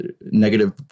negative